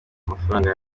amafaranga